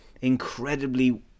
incredibly